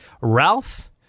Ralph